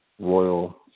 royal